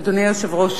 אדוני היושב-ראש,